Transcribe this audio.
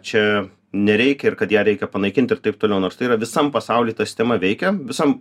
čia nereikia ir kad ją reikia panaikint ir taip toliau nors tai yra visam pasauly ta sistema veikia visam